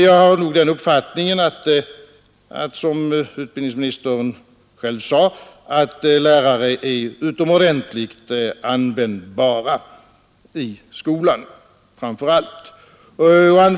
Jag har den uppfattningen att lärare, såsom utbildningsministern själv sade, är utomordentligt användbara, framför allt i skolan.